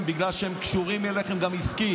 בהם בגלל שהם גם קשורים אליכם עסקית.